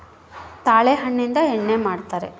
ತಾಳೆ ಹಣ್ಣಿಂದ ಎಣ್ಣೆ ಮಾಡ್ತರಾ